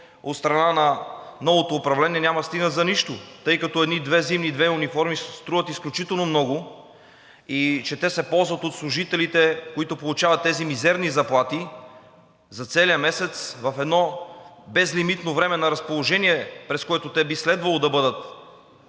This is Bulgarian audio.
от страна на новото управление няма да стигнат за нищо, тъй като едни две зимни и две летни униформи струват изключително много и че те се ползват от служителите, които получават тези мизерни заплати, за целия месец в едно безлимитно време на разположение, през което те би следвало да бъдат